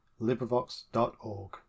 LibriVox.org